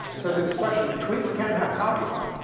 so this question. tweets can have copyright,